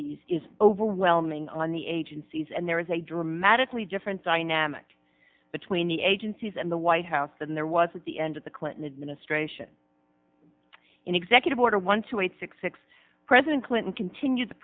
these is overwhelming on the agencies and there is a dramatically different dynamic between the agencies and the white house than there was at the end of the clinton administration in executive order one two eight six six president clinton continued t